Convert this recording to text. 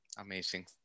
Amazing